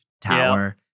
tower